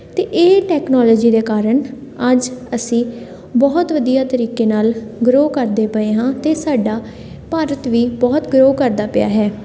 ਅਤੇ ਇਹ ਟੈਕਨੋਲੋਜੀ ਦੇ ਕਾਰਨ ਅੱਜ ਅਸੀਂ ਬਹੁਤ ਵਧੀਆ ਤਰੀਕੇ ਨਾਲ ਗ੍ਰੋਅ ਕਰਦੇ ਪਏ ਹਾਂ ਅਤੇ ਸਾਡਾ ਭਾਰਤ ਵੀ ਬਹੁਤ ਗ੍ਰੋਅ ਕਰਦਾ ਪਿਆ ਹੈ